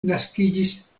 naskiĝis